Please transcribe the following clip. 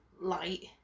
light